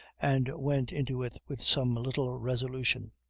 and went into it with some little resolution.